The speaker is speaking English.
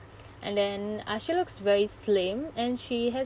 and then uh she looks very slim and she has